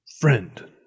Friend